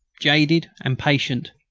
jaded and patient.